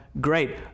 great